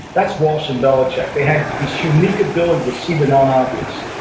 that's walsh and belichick. they have this unique ability to see the non-obvious,